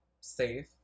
safe